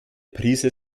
prise